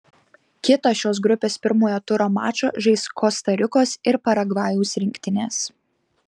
kitą šios grupės pirmojo turo mačą žais kosta rikos ir paragvajaus rinktinės